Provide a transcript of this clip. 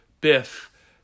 Biff